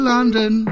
London